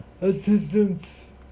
assistance